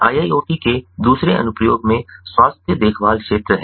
IIoT के दूसरे अनुप्रयोग में स्वास्थ्य देखभाल क्षेत्र है